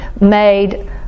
made